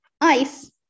ice